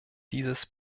dieses